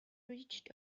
reached